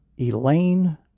Elaine